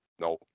No